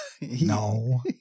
No